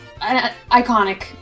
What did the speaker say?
iconic